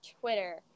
Twitter